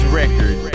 record